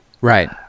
right